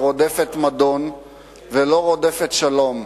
רודפת שלום.